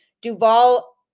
Duvall